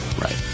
Right